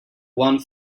one